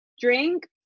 drink